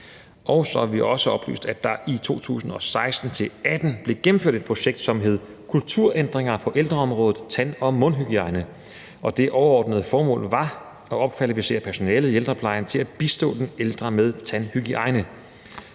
Så har vi også oplyst, at der i 2016-2018 blev gennemført et projekt, som hed »Kulturændringer på ældreområdet: Tand- og mundhygiejne«. Og det overordnede formål var at opkvalificere personalet i ældreplejen til at bistå den ældre med tandhygiejne.